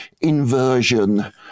inversion